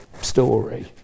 story